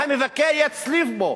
והמבקר יצליף בו.